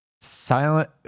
silent